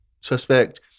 suspect